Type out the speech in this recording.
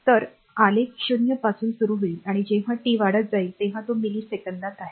तर आलेख 0 पासून सुरू होईल आणि जेव्हा टी वाढत जाईल तेव्हा तो मिलिसेकंदात आहे